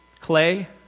clay